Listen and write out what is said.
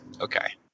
Okay